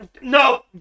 No